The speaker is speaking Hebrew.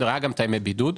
היה גם את ימי הבידוד.